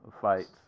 fights